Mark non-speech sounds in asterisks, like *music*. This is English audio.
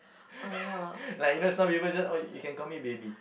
*breath* like you know some people just oh you can call me baby